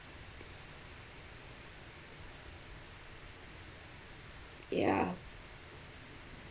ya